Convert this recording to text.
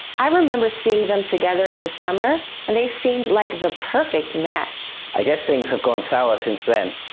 i remember seeing them together in the summer, and they seemed like the perfect match. i guess things have gone sour since then.